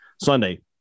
Sunday